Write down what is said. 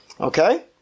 Okay